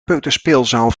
peuterspeelzaal